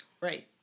Right